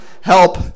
help